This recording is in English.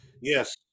Yes